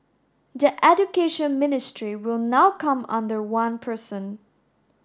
the Education Ministry will now come under one person